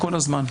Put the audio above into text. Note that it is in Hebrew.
כל הזמן.